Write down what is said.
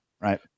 right